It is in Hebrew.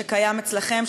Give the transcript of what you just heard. שקיים אצלכם,